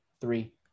three